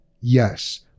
Yes